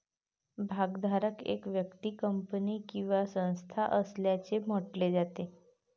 भागधारक एक व्यक्ती, कंपनी किंवा संस्था असल्याचे म्हटले जाते